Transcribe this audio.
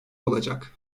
olacak